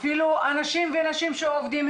אפילו אנשים ונשים שעובדים,